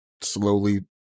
Slowly